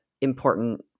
important